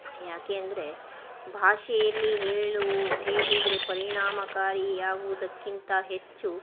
ಯಾಕೆಂದರೆ ಭಾಷೆಯಲ್ಲಿ ಹೇಳು ಹೇಳಿದರೆ ಪರಿಣಾಮಕಾರಿ ಆಗುವುದಕ್ಕಿಂತ ಹೆಚ್ಚು